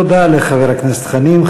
תודה לחבר הכנסת חנין.